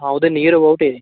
ਹਾਂ ਉਹਦੇ near about ਹੈ ਜੀ